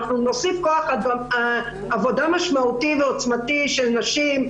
אנחנו נוסיף כוח עבודה משמעותי ועוצמתי של נשים.